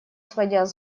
сводя